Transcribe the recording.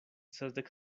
sesdek